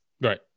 Right